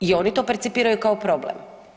I oni to percipiraju kao problem.